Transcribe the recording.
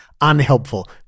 unhelpful